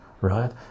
right